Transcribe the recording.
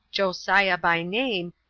josiah by name,